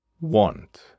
Want